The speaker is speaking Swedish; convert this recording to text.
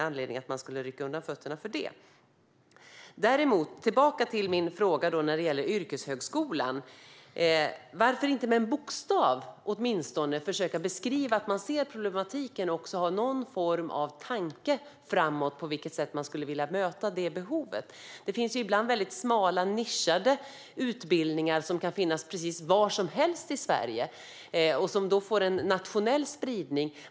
Jag återkommer till min fråga om yrkeshögskolan. Varför inte med en bokstav beskriva att man ser problamtiken och har någon form av tanke framöver hur man ska möta det behovet? Det finns ibland väldigt smala nischade utbildningar som kan finnas precis var som helst i Sverige och som då får en nationell spridning.